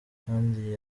kandi